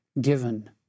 given